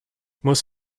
muss